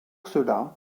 cela